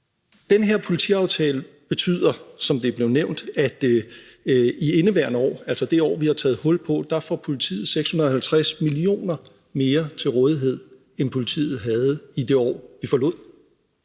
Den her politiaftale betyder, som det blev nævnt, at i indeværende år, altså det år, vi nu har taget hul på, får politiet 650 mio. kr. mere til rådighed, end politiet havde det år, vi forlod.